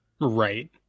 right